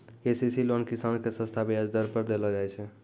KCC loan किसान के सस्ता ब्याज दर पर देलो जाय छै